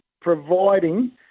providing